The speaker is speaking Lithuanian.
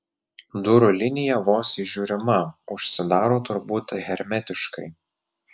durų linija vos įžiūrima užsidaro turbūt hermetiškai